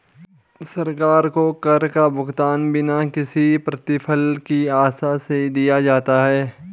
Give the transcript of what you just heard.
सरकार को कर का भुगतान बिना किसी प्रतिफल की आशा से दिया जाता है